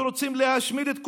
שרוצים להשמיד את כולנו,